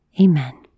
Amen